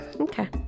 Okay